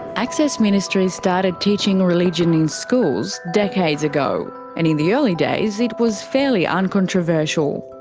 access ministries started teaching religion in schools decades ago, and in the early days it was fairly uncontroversial.